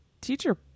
teacher